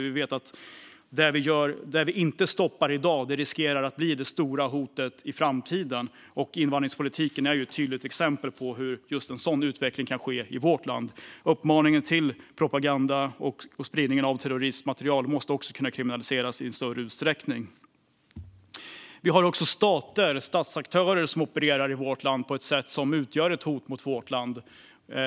Vi vet att det vi inte stoppar i dag riskerar att bli det stora hotet i framtiden. Invandringspolitiken är ett tydligt exempel på hur en sådan utveckling kan ske i vårt land. Uppmaning till terrorism och spridning av terroristmaterial måste kunna kriminaliseras i större utsträckning. Det finns också stater och statsaktörer som opererar på ett sätt som utgör hot mot vårt land.